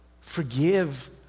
forgive